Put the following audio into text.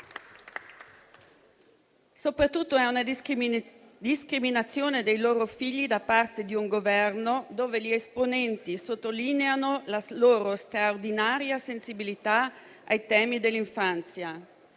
Soprattutto, è una discriminazione dei loro figli da parte di un Governo i cui esponenti sottolineano la loro straordinaria sensibilità ai temi dell'infanzia.